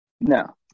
No